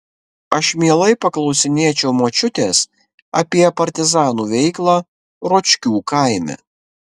aš mielai paklausinėčiau močiutės apie partizanų veiklą ročkių kaime